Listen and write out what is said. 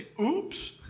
oops